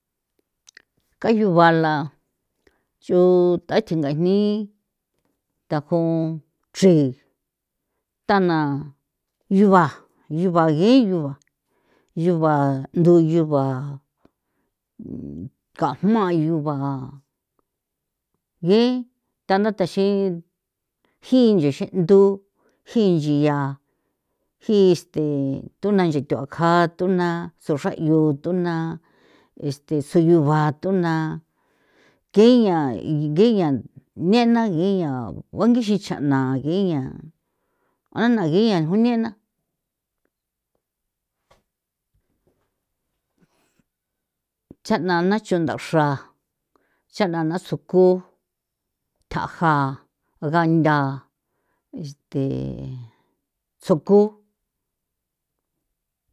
Kayubala cho tatsinga jni thaju chri tana yuba yubagi yuba yuba ndu yuba kajma yuba gi tanda taxi jinche xe'ndu jinche ya ji este tunanche xe kja tuna na xro jaiu tuna este suyuba tuna thi ya inguiñan nena nguia ngungi xra nchia nia nguanagia junena chana na chunda xra chana na soku tha'ja, gantha este soku.